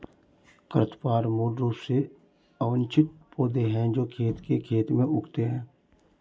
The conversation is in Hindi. खरपतवार मूल रूप से अवांछित पौधे हैं जो खेत के खेत में उगते हैं